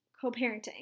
co-parenting